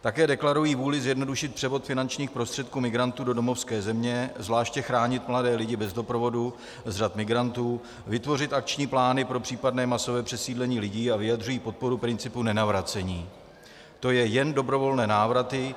Také deklarují vůli zjednodušit převod finančních prostředků do domovské země, zvláště chránit mladé lidi bez doprovodu z řad migrantů, vytvořit akční plány pro případné masové přesídlení lidí a vyjadřují podporu principu nenavracení, to je jen dobrovolné návraty.